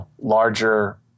larger –